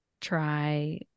try